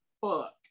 fuck